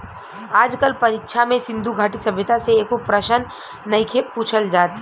आज कल परीक्षा में सिन्धु घाटी सभ्यता से एको प्रशन नइखे पुछल जात